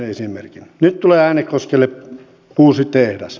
nyt tulee äänekoskelle uusi tehdas